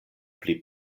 pli